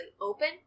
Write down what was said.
open